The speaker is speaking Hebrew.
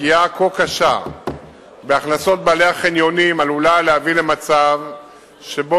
פגיעה כה קשה בהכנסות בעלי החניונים עלולה להביא למצב שבו